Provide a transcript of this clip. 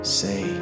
say